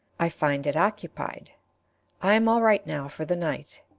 i find it occupied i am all right now for the night.